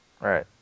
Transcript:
Right